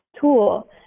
tool